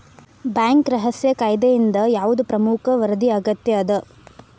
Bank ರಹಸ್ಯ ಕಾಯಿದೆಯಿಂದ ಯಾವ್ದ್ ಪ್ರಮುಖ ವರದಿ ಅಗತ್ಯ ಅದ?